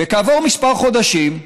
וכעבור כמה חודשים,